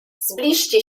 zbliżcie